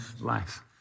life